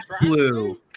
blue